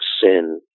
sin